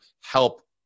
help